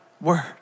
word